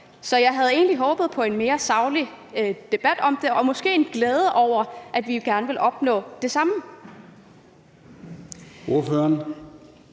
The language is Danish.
Så jeg havde egentlig håbet på en mere saglig debat om det og måske en glæde over, at vi gerne vil opnå det samme.